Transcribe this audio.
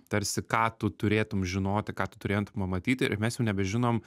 tarsi ką tu turėtum žinoti ką tu turėtum pamatyti ir mes jau nebežinom